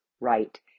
right